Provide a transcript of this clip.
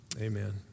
Amen